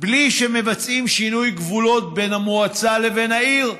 בלי שמבצעים שינוי גבולות בין המועצה לבין העיר?